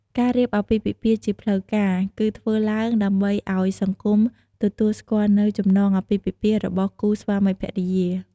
ការរៀបអាពាហ៍ពិពាហ៍ជាផ្លូវការ គឺធ្វើឡើងដើម្បីឲ្យសង្គមទទួលស្គាល់នូវចំណងអាពាហ៍ពិពាហ៍របស់គូស្វាមីភរិយា។